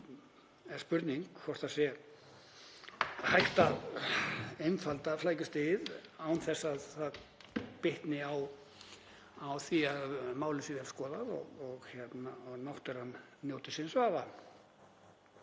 sér spurning hvort það sé hægt að einfalda flækjustigið án þess að það bitni á því að málið sé skoðað og að náttúran njóti síns vafa.